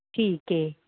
ਠੀਕ ਹੈ